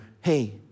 hey